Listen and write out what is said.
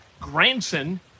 Granson